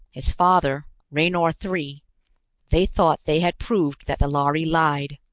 his father, raynor three they thought they had proved that the lhari lied.